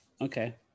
Okay